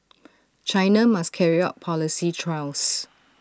China must carry out policy trials